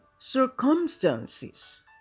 circumstances